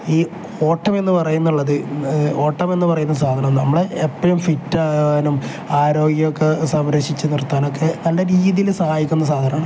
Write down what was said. ഈ ഓട്ടമെന്ന് പറയുമെന്നുള്ളത് ഓട്ടമെന്ന് പറയുന്ന സാധനം നമ്മൾ എപ്പോഴും ഫിറ്റ് ആകാനും ആരോഗ്യമൊക്കെ സംരക്ഷിച്ച് നിർത്താനൊക്കെ നല്ല രീതിയിൽ സഹായിക്കുന്ന സാധനമാണ്